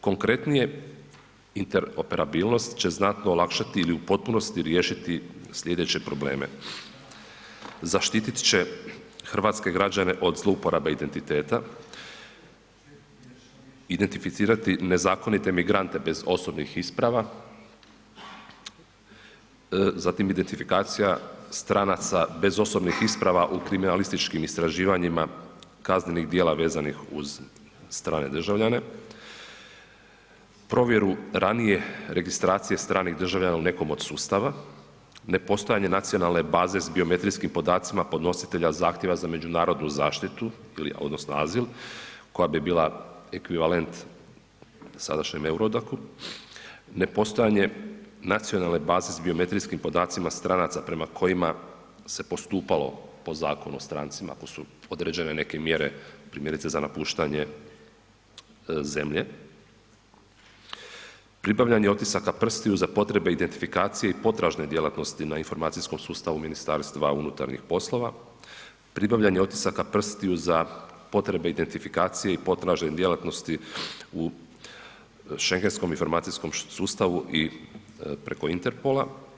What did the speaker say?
Konkretnije, interoperabilnost će znatno olakšati ili u potpunosti riješiti sljedeće probleme: zaštitit će hrvatske građane od zlouporabe identiteta, identificirati nezakonite migrante bez osobnih isprava, zatim identifikacija stranaca bez osobnih isprava u kriminalističkim istraživanjima kaznenih djela vezanih uz strane državljane, provjeru ranije registracije stranih državljana u nekom od sustava, ne postojanje nacionalne baze s biometrijskim podacima podnositelja zahtjeva za međunarodnu zaštitu ili azil koja bi bila ekvivalent sadašnjem EURODAC-u, nepostojanje nacionalne baze s biometrijskim podacima stranaca prema kojima se postupalo po Zakonu o strancima ako su određene neke mjere, primjerice za napuštanje zemlje, pribavljanje otisaka prstiju za potrebe identifikacije i potražne djelatnosti na informacijskom sustavu MUP-a, pribavljanje otisaka prstiju za potrebe identifikacije i potražne djelatnosti u schengenskom informacijskom sustavu i preko Interpola.